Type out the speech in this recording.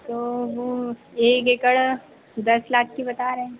तो वह एक एकड़ दस लाख की बता रहें